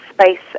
space